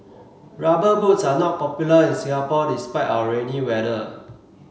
rubber boots are not popular in Singapore despite our rainy weather